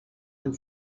amb